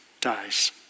dies